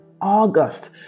August